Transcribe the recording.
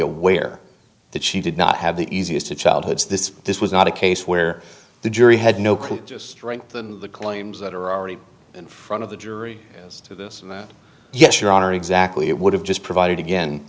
aware that she did not have the easiest of childhoods this this was not a case where the jury had no clue just strengthen the claims that are already in front of the jury as to this and that yes your honor exactly it would have just provided again